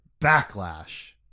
backlash